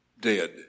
dead